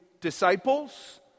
disciples